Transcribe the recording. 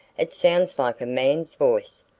it sounds like a man's voice,